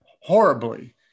horribly